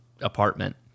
apartment